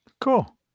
Cool